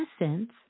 Essence